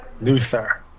Luther